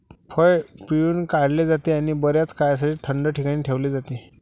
फळ पिळून काढले जाते आणि बर्याच काळासाठी थंड ठिकाणी ठेवले जाते